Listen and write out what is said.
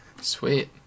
Sweet